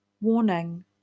Warning